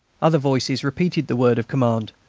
other voices repeated the word of command,